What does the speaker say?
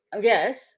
Yes